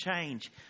change